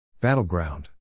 Battleground